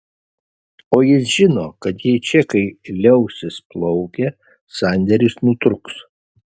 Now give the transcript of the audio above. o jis žino kad jei čekiai liausis plaukę sandėris nutrūks